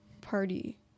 party